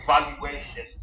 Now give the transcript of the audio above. valuation